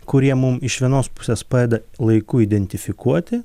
kurie mum iš vienos pusės padeda laiku identifikuoti